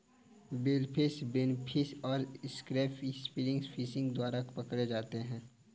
billfish, bonefish और crab spear fishing द्वारा पकड़े जाते हैं